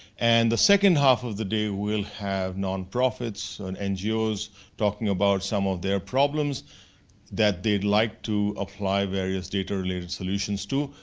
and the second half of the day, we'll have non-profits and ngos talking about some of their problems that they'd like to apply various data related solutions to.